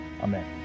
Amen